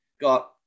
Got